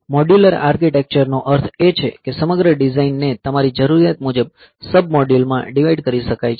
modular architecture નો અર્થ એ છે કે સમગ્ર ડિઝાઇન ને તમારી જરૂરિયાત મુજબ સબ મોડ્યુલોમાં ડિવાઈડ કરી શકાય છે